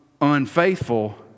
unfaithful